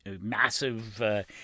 massive